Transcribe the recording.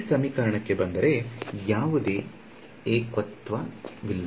ಈ ಸಮೀಕರಣಕ್ಕೆ ಬಂದರೆ ಯಾವುದೇ ಏಕತ್ವವಿಲ್ಲ